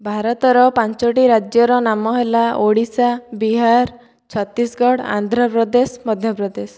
ଭାରତର ପାଞ୍ଚଟି ରାଜ୍ୟର ନାମ ହେଲା ଓଡ଼ିଶା ବିହାର ଛତିଶଗଡ଼ ଆନ୍ଧ୍ରପ୍ରଦେଶ ମଧ୍ଯ ପ୍ରଦେଶ